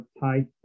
tight